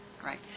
Right